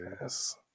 Yes